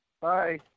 Bye